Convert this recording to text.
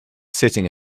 sitting